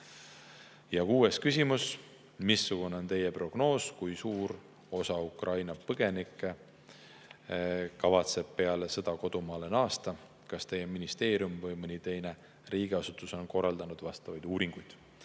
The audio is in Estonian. Kuues küsimus: "Missugune on Teie prognoos, kui suur osa Ukraina põgenikke kavatseb peale sõda kodumaale naasta? Kas Teie ministeerium või mõni teine riigiasutus on korraldanud vastavaid uuringuid?"